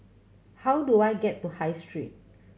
how do I get to High Street